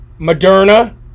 moderna